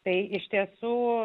tai iš tiesų